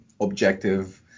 objective